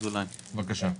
בבקשה.